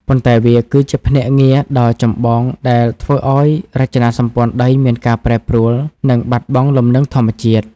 ប៉ុន្តែវាគឺជាភ្នាក់ងារដ៏ចម្បងដែលធ្វើឱ្យរចនាសម្ព័ន្ធដីមានការប្រែប្រួល និងបាត់បង់លំនឹងធម្មជាតិ។